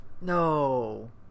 No